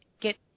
get